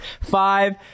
five